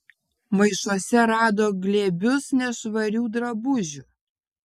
maišuose rado glėbius nešvarių drabužių